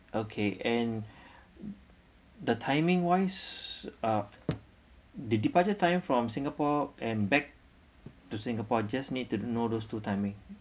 okay and the timing wise uh the departure time from singapore and back to singapore I just need to know those two timing